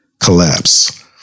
Collapse